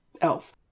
else